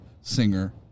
singer